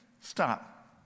Stop